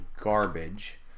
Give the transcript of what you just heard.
garbage